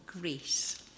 grace